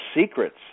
secrets